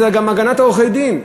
אלא גם הגנת עורכי-הדין.